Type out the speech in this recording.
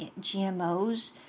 GMOs